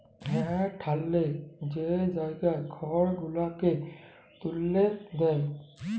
হাঁ ঠ্যালে যে জায়গায় খড় গুলালকে ত্যুলে দেয়